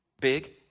Big